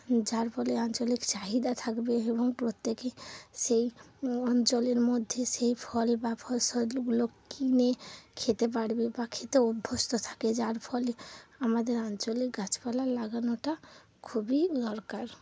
যার ফলে আঞ্চলিক চাহিদা থাকবে এবং প্রত্যেকেই সেই অঞ্চলের মধ্যে সেই ফল বা ফসলগুলো কিনে খেতে পারবে বা খেতে অভ্যস্ত থাকে যার ফলে আমাদের আঞ্চলিক গাছপালা লাগানোটা খুবই দরকার